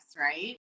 right